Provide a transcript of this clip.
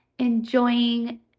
enjoying